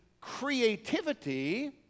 creativity